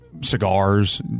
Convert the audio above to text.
cigars